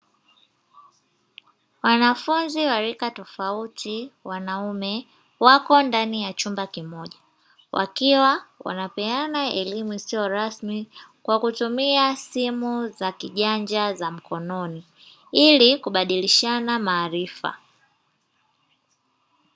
Wanafunzi wa rika tofauti (wanaume) wako ndani ya chumba kimoja, wakiwa wanapeana elimu isiyo rasmi kwa kutumia simu za kijanja za mkononi ili kubadilishana maarifa.